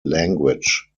language